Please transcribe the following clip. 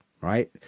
right